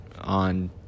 on